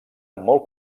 molt